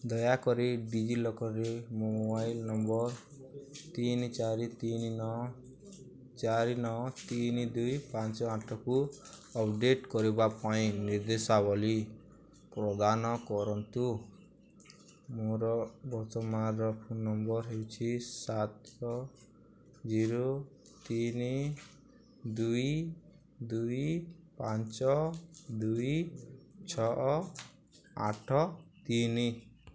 ଦୟାକରି ଡି ଜି ଲକର୍ରେ ମୋ ମୋବାଇଲ୍ ନମ୍ବର୍ ତିନି ଚାରି ତିନି ନଅ ଚାରି ନଅ ତିନି ଦୁଇ ପାଞ୍ଚ ଆଠକୁ ଅପଡ଼େଟ୍ କରିବା ପାଇଁ ନିର୍ଦ୍ଦେଶାବଳୀ ପ୍ରଦାନ କରନ୍ତୁ ମୋର ବର୍ତ୍ତମାନର ଫୋନ୍ ନମ୍ବର୍ ହେଉଛି ସାତ ଜିରୋ ତିନି ଦୁଇ ଦୁଇ ପାଞ୍ଚ ଦୁଇ ଛଅ ଆଠ ତିନି